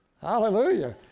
Hallelujah